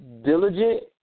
diligent